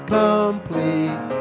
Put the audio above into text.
complete